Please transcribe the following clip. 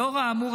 לאור האמור,